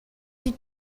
die